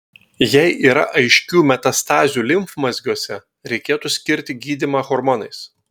jei yra aiškių metastazių limfmazgiuose reikėtų skirti gydymą hormonais